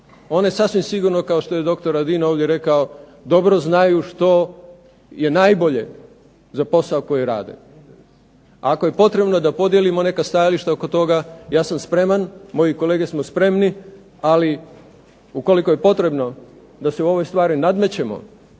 One sasvim sigurno, kao što je doktor Radin ovdje rekao, dobro znaju što je najbolje za posao koji rade. Ako je potrebno da podijelimo neka stajališta oko toga ja sam spreman, moji kolege smo spremni. Ali ukoliko je potrebno da se u ovoj stvari nadmećemo